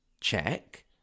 check